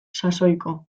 sasoiko